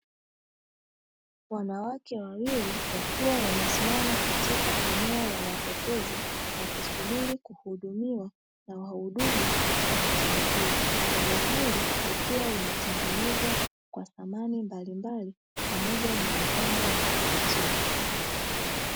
Wanawake wawili wakiwa wamesimama katika eneo la mapokezi, wakisubiri kuhudumiwa na wahudumu wa hoteli hiyo. Eneo hili likiwa limetengenezwa kwa samani mbalimbali pamoja na mapambo ya kuvutia.